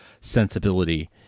sensibility